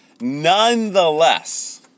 Nonetheless